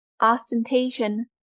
ostentation